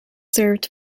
served